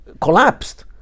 collapsed